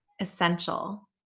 essential